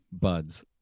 buds